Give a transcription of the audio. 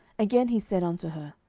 again he said unto her,